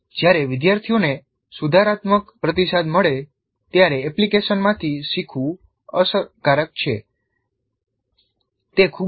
જ્યારે વિદ્યાર્થીઓને સુધારાત્મક પ્રતિસાદ મળે ત્યારે એપ્લિકેશનમાંથી શીખવું અસરકારક છે